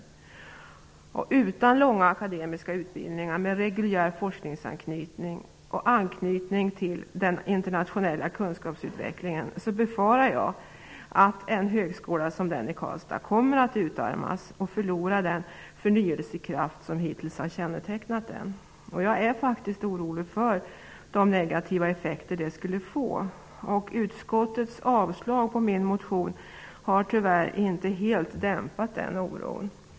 Jag befarar att utan långa akademiska utbildningar med reguljär forskningsanknytning och anknytning till den internationella kunskapsutvecklingen kommer en högskola som den i Karlstad att utarmas och förlora den förnyelsekraft som hittills kännetecknat den. Jag är orolig för de negativa effekter det skulle få. Utskottets avslag på min motion har inte helt dämpat den oron.